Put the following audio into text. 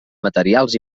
materials